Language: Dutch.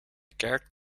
kerk